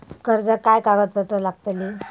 कर्जाक काय कागदपत्र लागतली?